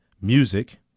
music